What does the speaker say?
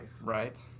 Right